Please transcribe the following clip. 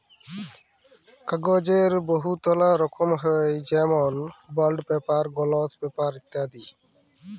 কাগ্যজের বহুতলা রকম হ্যয় যেমল বল্ড পেপার, গলস পেপার ইত্যাদি